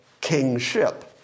kingship